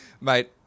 Mate